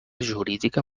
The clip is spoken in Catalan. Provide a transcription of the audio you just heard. jurídica